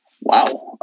wow